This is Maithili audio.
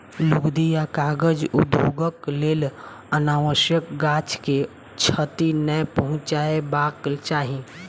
लुगदी आ कागज उद्योगक लेल अनावश्यक गाछ के क्षति नै पहुँचयबाक चाही